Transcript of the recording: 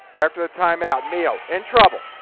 after the timeout, meehl in trouble.